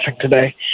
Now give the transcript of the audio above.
today